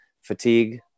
fatigue